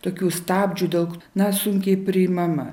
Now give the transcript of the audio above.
tokių stabdžių daug na sunkiai priimama